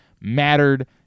mattered